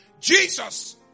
Jesus